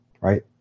right